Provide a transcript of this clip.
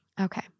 okay